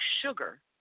sugar